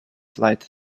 flight